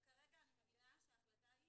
בבקשה.